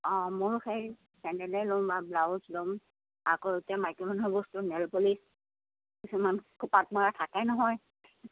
অঁ মইও সেই চেণ্ডেলে ল'ম বা ব্লাউজ ল'ম আকৌ এতিয়া মাইকী মানুহৰ বস্তু নেইল পলিচ কিছুমান খোপাত মৰা থাকে নহয়